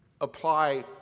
apply